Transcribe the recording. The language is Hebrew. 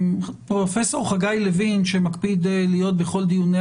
פרופ' חגי לוין שמקפיד להיות בכל דיוני